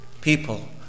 people